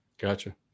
Gotcha